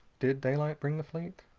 did daylight bring the fleet?